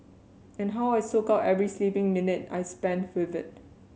and how I soak up every sleeping minute I spend with it